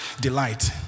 delight